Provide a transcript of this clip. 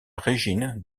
régine